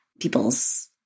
people's